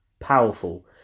powerful